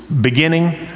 beginning